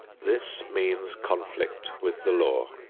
this means conflict with the law,